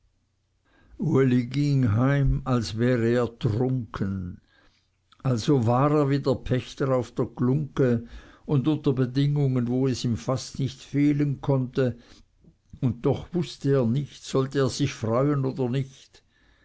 ging heim als wäre er trunken also war er wieder pächter auf der glungge und unter bedingungen wo es ihm fast nicht fehlen konnte und doch wüßte er nicht sollte er sich freuen oder nicht